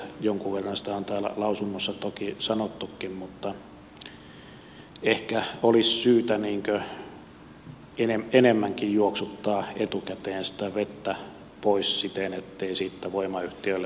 jonkun verran sitä on täällä lausunnossa toki sanottukin mutta ehkä olisi syytä enemmänkin juoksuttaa etukäteen sitä vettä pois siten ettei siitä voimayhtiöille maksettaisi korvauksia